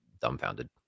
dumbfounded